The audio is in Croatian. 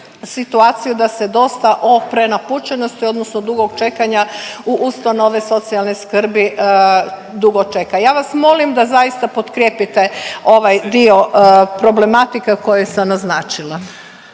situaciju da se dosta o prenapučenosti odnosno dugog čekanja u ustanove socijalne skrbi dugo čeka. Ja vas molim da zaista potkrijepite ovaj dio problematike koji sam naznačila.